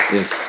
Yes